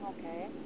okay